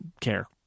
care